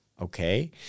okay